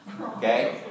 Okay